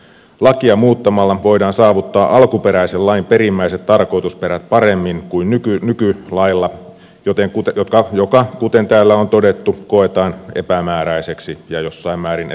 lakia muuttamalla voidaan saavuttaa alkuperäisen lain perimmäiset tarkoitusperät paremmin kuin nyky nyky lailla joten kuten nykylailla joka kuten täällä on todettu koetaan epämääräiseksi ja jossain määrin epäoikeudenmukaiseksi